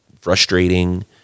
frustrating